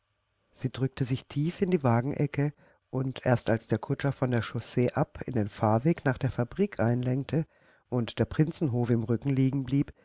sie drückte sich tief in die wagenecke und erst als der kutscher von der chaussee ab in den fahrweg nach der fabrik einlenkte und der prinzenhof im rücken liegen blieb